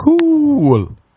cool